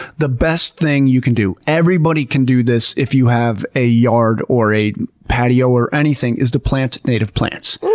the best thing you can do, everybody can do this if you have a yard, or a patio, or anything, is to plant native plants.